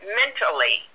mentally